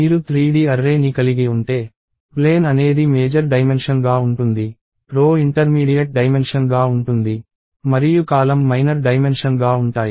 మీరు 3D array ని కలిగి ఉంటే ప్లేన్ అనేది మేజర్ డైమెన్షన్ గా ఉంటుంది రో ఇంటర్మీడియట్ డైమెన్షన్ గా ఉంటుంది మరియు కాలమ్ మైనర్ డైమెన్షన్ గా ఉంటాయి